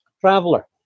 traveler